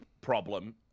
problem